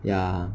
ya